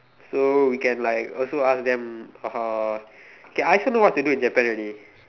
so we can like also ask them uh K I also know what to do in Japan already